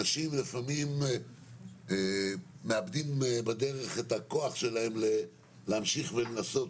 אנשים לפעמים מאבדים בדרך את הכוח שלהם להמשיך ולנסות.